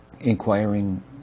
inquiring